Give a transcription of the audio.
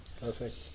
Perfect